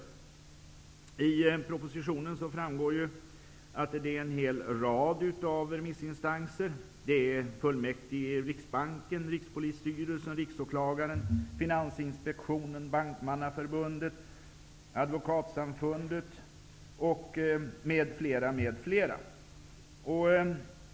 Av propositionen framgår att det är en hel rad av remissinstanser: Fullmäktige i Advokatsamfundet m.fl.